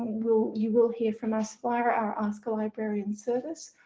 we'll, you will hear from us via our our ask a librarian service,